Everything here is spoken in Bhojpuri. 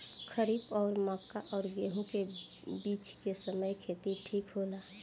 खरीफ और मक्का और गेंहू के बीच के समय खेती ठीक होला?